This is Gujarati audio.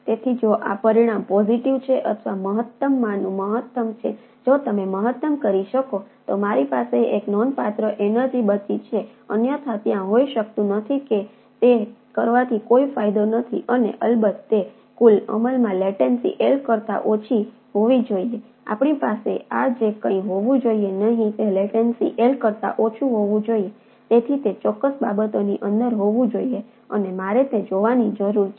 તેથી જો આ પરિણામ પોજિટિવ હોય કે જેને અહીં ચલાવવાની જરૂર છે